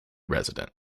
resident